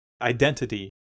identity